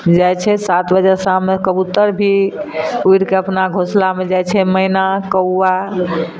जाइ छै सात बजे शाममे कबूतर भी उड़िके अपना घोसलामे जाइ छै मैना कौआ